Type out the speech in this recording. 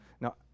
Now